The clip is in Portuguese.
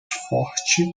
forte